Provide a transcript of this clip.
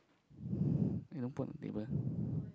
you don't put on table